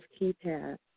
keypad